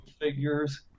figures